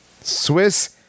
Swiss